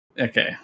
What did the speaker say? Okay